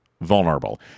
vulnerable